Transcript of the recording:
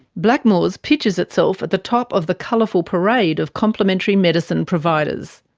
blackmores pitches itself at the top of the colourful parade of complementary medicine providers.